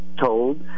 told